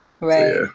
Right